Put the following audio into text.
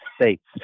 States